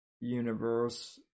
Universe